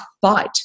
fight